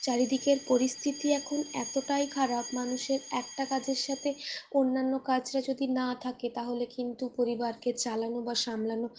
চারিদিকের পরিস্থিতি এখন এতটাই খারাপ মানুষের একটা কাজের সাথে অন্যান্য কাজটা যদি না থাকে তাহলে কিন্তু পরিবারকে চালানো বা সামলানো